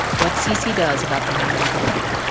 what cc does about the man with the rope,